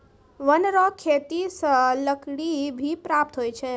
वन रो खेती से लकड़ी भी प्राप्त हुवै छै